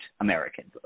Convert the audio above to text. Americans